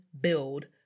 build